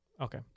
Okay